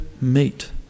meet